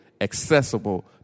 accessible